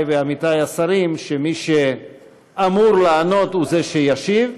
ועמיתיי השרים שמי שאמור לענות הוא זה שישיב.